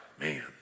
Man